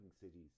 cities